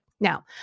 Now